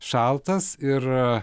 šaltas ir